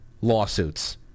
lawsuits